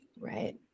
right